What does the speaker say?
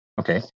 okay